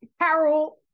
Carol